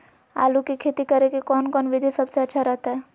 आलू की खेती करें के कौन कौन विधि सबसे अच्छा रहतय?